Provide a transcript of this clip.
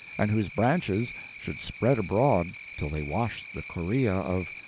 and whose branches should spread abroad till they washed the chorea of,